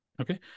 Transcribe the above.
Okay